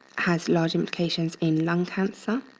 has large implications in lung cancer.